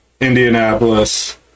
Indianapolis